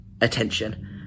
attention